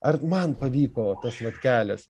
ar man pavyko tas vat kelias